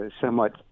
somewhat